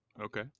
Okay